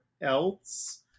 else